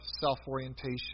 self-orientation